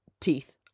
teeth